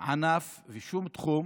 ענף ושום תחום